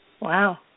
Wow